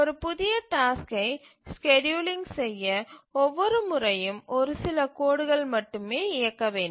ஒரு புதிய டாஸ்க்கை ஸ்கேட்யூலிங் செய்ய ஒவ்வொரு முறையும் ஒரு சில கோடுகள் மட்டுமே இயக்க வேண்டும்